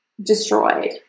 destroyed